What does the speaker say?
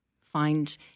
find